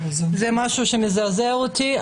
זה משהו שמזעזע אותי.